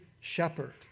shepherd